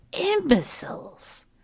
imbeciles